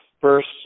first